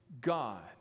God